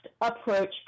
approach